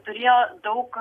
turėjo daug